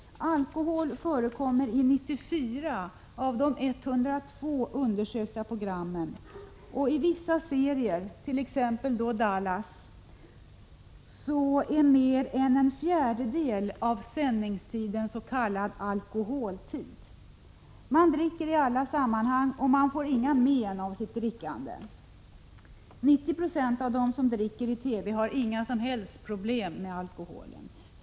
Alkohol förekommer i 94 av de 102 undersökta programmen, och i vissa serier, t.ex. Dallas, är mer än en fjärdedel av sändningstiden s.k. alkoholtid. Man dricker i alla sammanhang, och man får inga men av sitt drickande. 90 26 av dem som dricker i TV har inga som helst problem med alkoholen.